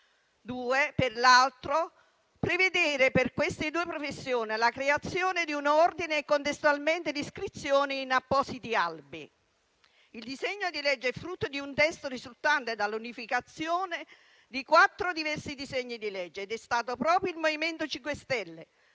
prevedere per queste due professioni la creazione di un ordine e contestualmente l'iscrizione in appositi albi. Il disegno di legge è frutto di un testo risultante dall'unificazione di quattro diversi disegni di legge ed è stato proprio il MoVimento 5 Stelle